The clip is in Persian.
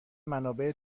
منابع